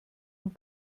und